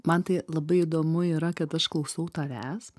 man tai labai įdomu yra kad aš klausau tavęs